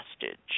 hostage